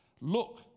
look